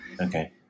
Okay